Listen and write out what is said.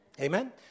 Amen